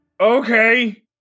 Okay